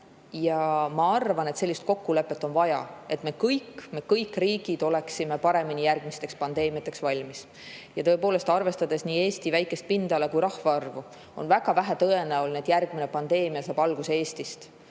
Ma arvan, et sellist kokkulepet on vaja, et me kõik, et kõik riigid oleks paremini järgmisteks pandeemiateks valmis. Tõepoolest, arvestades nii Eesti väikest pindala kui rahvaarvu, on väga vähe tõenäoline, et järgmine pandeemia saab alguse Eestist.